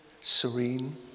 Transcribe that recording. Serene